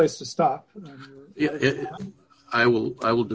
place to stop it i will i will